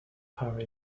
harry